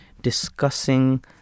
discussing